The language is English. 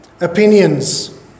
opinions